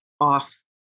off